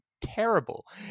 terrible